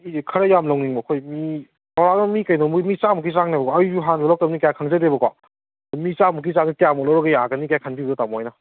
ꯑꯩꯁꯦ ꯈꯔ ꯌꯥꯝ ꯂꯧꯅꯤꯡꯕ ꯑꯩꯈꯣꯏ ꯃꯤ ꯆꯧꯔꯥꯛꯅ ꯃꯤ ꯀꯩꯅꯣꯕꯨꯗꯤ ꯆꯥꯝꯃꯨꯛꯀꯤ ꯆꯥꯡꯅꯦꯕꯀꯣ ꯑꯩꯁꯨ ꯍꯥꯟꯅ ꯂꯧꯔꯛꯇꯃꯤꯅ ꯀꯌꯥ ꯈꯪꯖꯗꯦꯕꯀꯣ ꯃꯤ ꯆꯥꯝꯃꯨꯛꯀꯤ ꯆꯥꯡꯁꯦ ꯀꯌꯥꯃꯨꯛ ꯂꯧꯔꯒ ꯌꯥꯒꯅꯤꯒꯥꯏ ꯈꯟꯕꯤꯕ ꯇꯥꯃꯣ ꯍꯣꯏꯅ